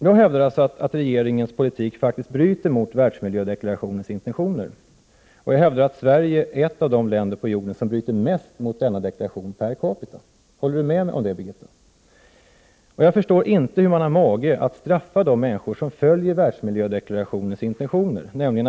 Jag hävdar alltså att regeringens politik faktiskt bryter mot världsmiljödeklarationens intentioner och att Sverige är ett av de länder på jorden som bryter mest mot denna deklaration per capita. Håller Birgitta Dahl med mig om det? Jag förstår inte hur man har mage att straffa de människor som följer Prot. 1988/89:22 världsmiljödeklarationens intentioner.